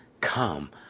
come